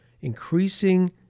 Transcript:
increasing